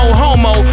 homo